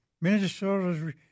Minnesota's